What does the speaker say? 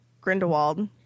Grindelwald